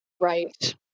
Right